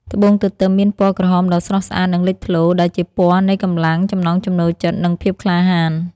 ត្បូងទទឹមមានពណ៌ក្រហមដ៏ស្រស់ស្អាតនិងលេចធ្លោ ដែលជាពណ៌នៃកម្លាំង ចំណង់ចំណូលចិត្ត និងភាពក្លាហាន។